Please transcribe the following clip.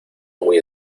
muy